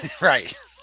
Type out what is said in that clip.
Right